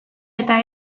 eta